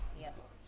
Yes